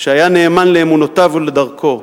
שהיה נאמן לאמונותיו ולדרכו,